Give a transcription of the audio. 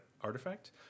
artifact